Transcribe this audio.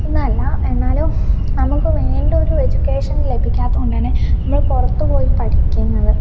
എന്നല്ല എന്നാലും നമുക്ക് വേണ്ടൊരു എജ്യൂക്കേഷൻ ലഭിക്കാത്തതു കൊണ്ടു തന്നെ നമ്മൾ പുറത്ത് പോയി പഠിക്കുന്നത്